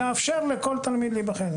נאפשר לכל תלמיד להיבחן.